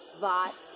Vot